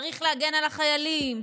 צריך להגן על החיילים,